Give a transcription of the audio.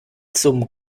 zum